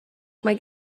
mae